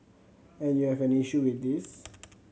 and you have an issue with this